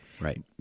Right